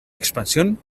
expansión